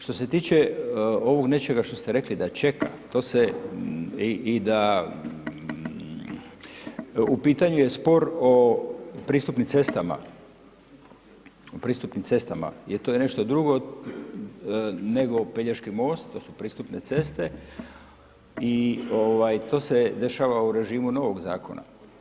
Što se tiče ovog nečega što ste rekli da čeka, to se i da u pitanju je spor o pristupnim cestama, o pristupnim cestama jer to je nešto drugo nego Pelješki most, to su pristupne ceste i to se dešava u režimu novog zakona.